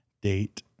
date